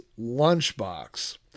Lunchbox